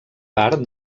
part